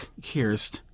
Kirst